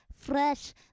Fresh